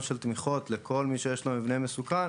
של תמיכות לכל מי שיש לו מבנה מסוכן,